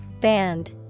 Band